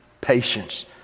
patience